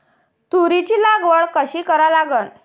तुरीची लागवड कशी करा लागन?